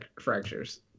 fractures